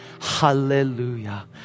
Hallelujah